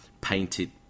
painted